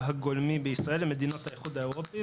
הגולמי בישראל למדינות האיחוד האירופי,